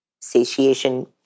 Satiation